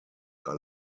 are